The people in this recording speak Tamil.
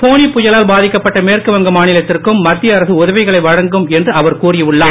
போனி புயலால் பாதிக்கப்பட்ட மேற்குவங்க மாநிலத்திற்கும் மத்திய அரசு உதவிகளை வழங்கும் என்று அவர் கூறி உள்ளார்